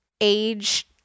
age